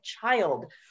child